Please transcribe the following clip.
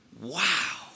Wow